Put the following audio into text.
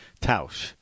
Tausch